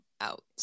out